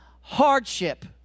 hardship